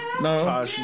No